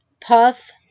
Puff